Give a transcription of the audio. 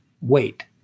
Wait